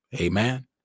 Amen